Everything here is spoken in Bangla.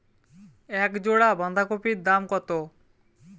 এক জোড়া বাঁধাকপির দাম কত?